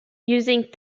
using